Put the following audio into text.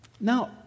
Now